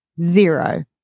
Zero